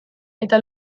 eta